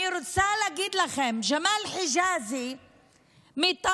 אני רוצה להגיד לכם, ג'מאל חיג'אזי מטמרה,